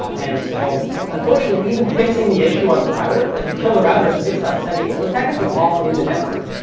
and so unfortunately, even fixing the issue on the router like you kill the router so it stops sending it those packets are all in the network.